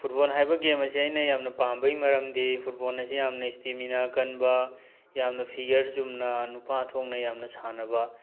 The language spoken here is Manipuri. ꯐꯨꯠꯕꯣꯜ ꯍꯥꯏꯕ ꯒꯦꯝ ꯑꯁꯤ ꯑꯩꯅ ꯌꯥꯝꯅ ꯄꯥꯝꯕꯩ ꯃꯔꯝꯗꯤ ꯐꯨꯠꯕꯣꯜ ꯑꯁꯤ ꯌꯥꯝꯅ ꯏꯁꯇꯦꯃꯤꯅꯥ ꯀꯟꯕ ꯌꯥꯝꯅ ꯐꯤꯒꯔ ꯆꯨꯝꯅ ꯅꯨꯄꯥ ꯊꯣꯛꯅ ꯌꯥꯝꯅ ꯁꯥꯟꯅꯕ